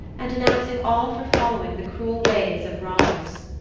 and denouncing all for following the cruel ways of robbers.